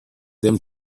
them